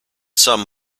some